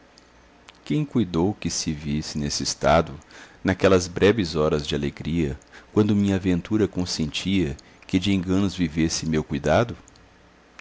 quem cuidou que se visse neste estado naquelas breves horas de alegria quando minha ventura consentia que de enganos vivesse meu cuidado